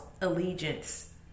allegiance